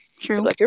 true